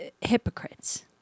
hypocrites